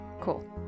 Cool